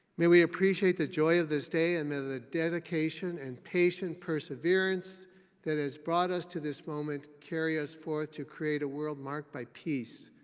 may we appreciate the joy of this day and then the dedication and patient perseverance that has brought us to this moment. carry us forth to create a world marked by peace,